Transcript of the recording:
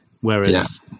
Whereas